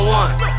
one